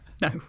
No